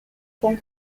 con